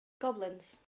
Goblins